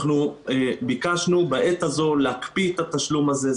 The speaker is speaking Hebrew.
אנחנו ביקשנו בעת זו להקפיא את התשלום הזה.